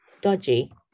Dodgy